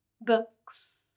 books